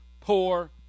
poor